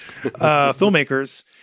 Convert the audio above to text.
filmmakers